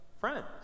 friends